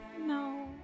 No